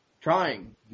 trying